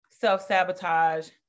self-sabotage